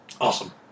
Awesome